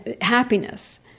happiness